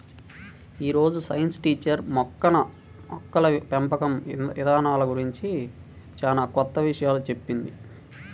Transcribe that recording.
యీ రోజు science teacher మొక్కల పెంపకం ఇదానాల గురించి చానా కొత్త విషయాలు చెప్పింది